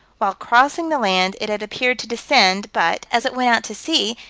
while crossing the land it had appeared to descend, but, as it went out to sea,